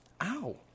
Ow